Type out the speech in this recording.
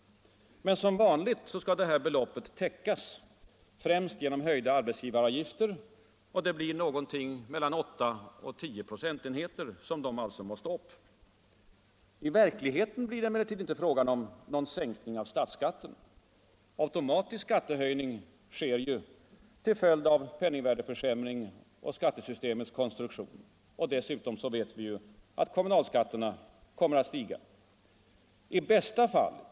Men som vanligt skall det här beloppet täckas främst genom höjda arbetsgivaravgifter, och de måste alltså upp mellan 8 och 10 procentenheter. I verkligheten blir det emellertid inte fråga om någon sänkning av statsskatten. Automatisk skattehöjning sker ju till följd av penningvärdeförsämring och skattesystemets konstruktion. Dessutom vet vi att kommunalskatterna kommer att stiga.